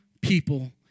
people